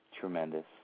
Tremendous